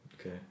okay